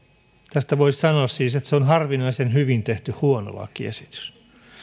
tästä voisi siis sanoa että se on harvinaisen hyvin tehty huono lakiesitys